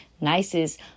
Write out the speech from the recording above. nicest